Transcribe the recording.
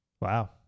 Wow